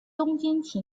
东京